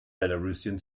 belarusian